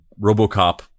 Robocop